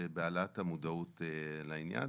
בהעלאת המודעות בעניין.